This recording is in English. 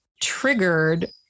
triggered